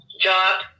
Job